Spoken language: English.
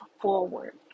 forward